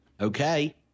Okay